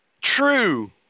true